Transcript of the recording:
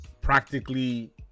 practically